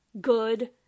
good